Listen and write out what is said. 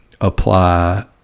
apply